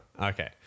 Okay